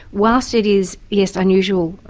whilst it is, yes, unusual,